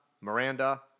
Miranda